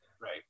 Right